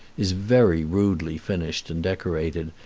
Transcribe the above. is very rudely finished and decorated,